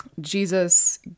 Jesus